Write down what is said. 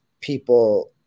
people